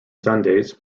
sundays